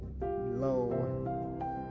low